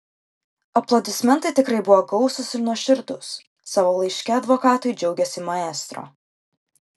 aplodismentai tikrai buvo gausūs ir nuoširdūs savo laiške advokatui džiaugėsi maestro